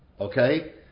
Okay